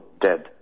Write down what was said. dead